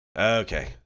Okay